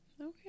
Okay